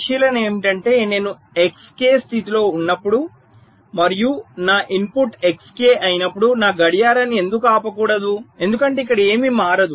పరిశీలన ఏమిటంటే నేను Xk స్థితిలో ఉన్నప్పుడు మరియు నా ఇన్పుట్ Xk అయినప్పుడు నా గడియారాన్ని ఎందుకు ఆపకూడదు ఎందుకంటే ఇక్కడ ఏమీ మారదు